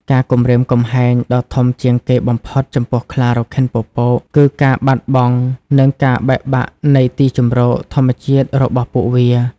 ការគំរាមកំហែងដ៏ធំជាងគេបំផុតចំពោះខ្លារខិនពពក គឺ ការបាត់បង់ និងការបែកបាក់នៃទីជម្រក ធម្មជាតិរបស់ពួកវា។